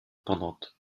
pendantes